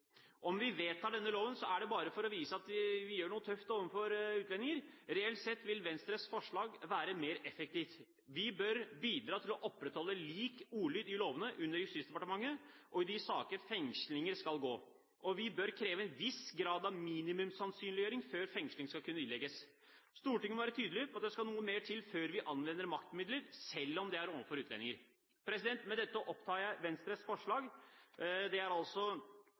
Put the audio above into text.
Om vi vedtar denne loven, er det bare for å vise at vi gjør noe tøft overfor utlendinger. Reelt sett vil Venstres forslag være mer effektivt. Vi bør bidra til å opprettholde lik ordlyd i lovene under Justisdepartementet og i de saker fengslinger skal gå. Vi bør kreve en viss grad, et minimum, av sannsynliggjøring før fengsling skal kunne ilegges. Stortinget må være tydelig på at det skal noe mer til før vi anvender maktmidler – selv om det er overfor utlendinger. Jeg tar med dette opp Venstres forslag. Det